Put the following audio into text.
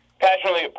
Passionately